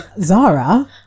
Zara